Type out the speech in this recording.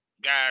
guys